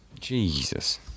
Jesus